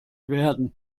werden